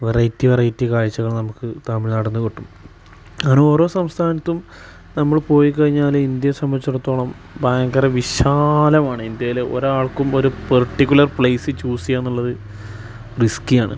variety variety കാഴ്ചകൾ നമുക്ക് തമിഴ്നാടിൽ നിന്ന് കിട്ടും അങ്ങനെ ഓരോ സംസ്ഥാനത്തും നമ്മൾ പോയിക്കഴിഞ്ഞാൽ ഇന്ത്യയെ സംബന്ധിച്ചിടത്തോളം ഭയങ്കര വിശാലമാണ് ഇന്ത്യയിലെ ഒരാൾക്കും ഒരു പർട്ടിക്കുലർ പ്ലേസ് ചൂസ് ചെയ്യുക എന്നുള്ളത് റിസ്കി ആണ്